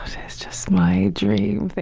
ah it's just my dream.